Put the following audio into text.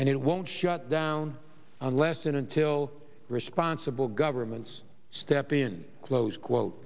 and it won't shut down unless and until responsible governments step in close quote